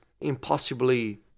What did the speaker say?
impossibly